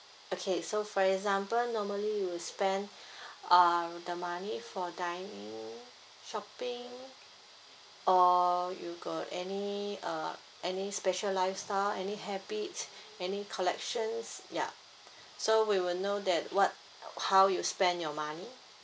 okay so for example normally you'll spend uh the money for dining shopping or you got any uh any special lifestyle any habits any collections yup so we will know that what how you spend your money